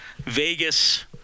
Vegas